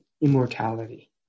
immortality